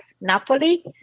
Napoli